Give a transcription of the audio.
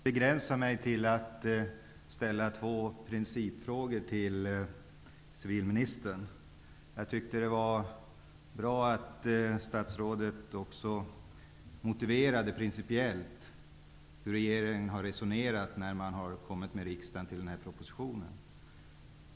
Herr talman! Jag skall begränsa mig till att ställa två principfrågor till civilministern. Jag tycker att det var bra att statsrådet också motiverade principiellt hur regeringen resonerat när man kommit till riksdagen med denna proposition.